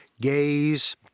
gays